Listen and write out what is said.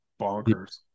bonkers